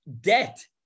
debt